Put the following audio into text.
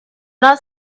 not